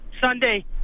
Sunday